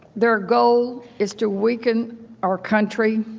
their goal is to weaken our country,